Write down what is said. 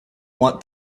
want